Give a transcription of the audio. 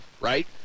right